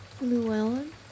Llewellyn